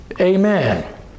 amen